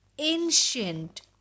ancient